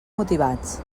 motivats